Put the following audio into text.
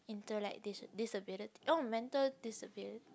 intellect dis~ disability oh mental disability